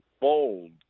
bold